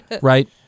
right